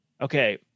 okay